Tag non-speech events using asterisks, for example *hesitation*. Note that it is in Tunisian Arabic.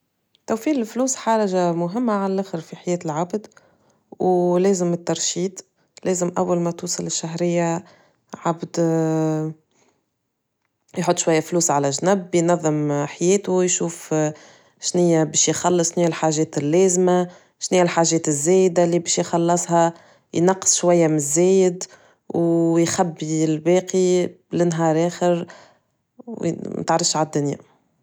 توفير الفلوس حاجة مهمة عالآخر في حياة العبد، ولازم الترشيد لازم أول ما توصل الشهرية عبد *hesitation* يحط شوية فلوس على جنب، بينظم حياته يشوف *hesitation* شنيا باش يخلص شنيا الحاجات اللازمة، شنا هيا الحاجات باش يخلصها ينقص شوية من الزايد ويخبي الباقي لنهار آخر، متعرفش على الدنيا.